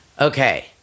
okay